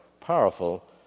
powerful